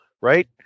Right